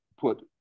put